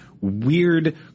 weird